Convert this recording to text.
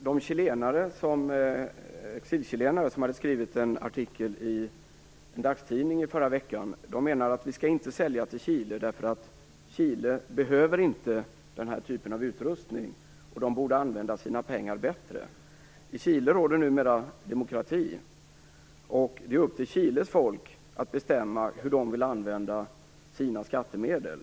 Herr talman! De exilchilenare som skrev en artikel i en dagstidning i förra veckan menar att vi inte skall sälja till Chile därför att landet inte behöver denna typ av utrustning, och att man borde använda sina pengar bättre i Chile. I Chile råder numera demokrati, och det är upp till Chiles folk att bestämma hur de vill använda sina skattemedel.